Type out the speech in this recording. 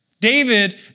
David